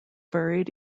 buried